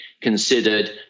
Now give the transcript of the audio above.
considered